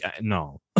No